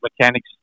mechanics